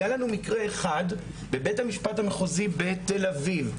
היה לנו מקרה אחד בבית-המשפט המחוזי בתל-אביב,